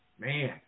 Man